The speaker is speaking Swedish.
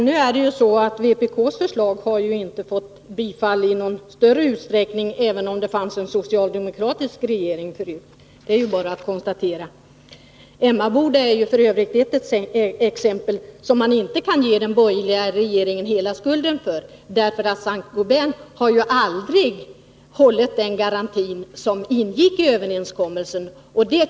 Herr talman! Nu har ju inte, Gösta Andersson, vpk:s förslag i någon större utsträckning rönt bifall, även om det förut var en socialdemokratisk regering. Det är bara att konstatera detta. Vad som hänt Emmaboda Glas kan man f. ö. inte ge den borgerliga regeringen hela skulden för. Saint-Gobain höll ju aldrig vad som ingick i överenskommelsen.